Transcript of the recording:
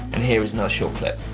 and here is another short clip.